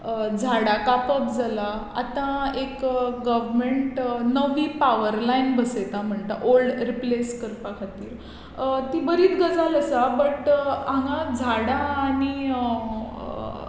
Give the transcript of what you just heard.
झाडां कापप जालां आतां एक गवमंट नवी पावर लायन बसयता म्हणटा ओल्ड रिप्लेस करपा खातीर ती बरी गजाल आसा बट हांगा झाडां आनी